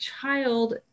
child